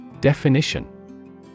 Definition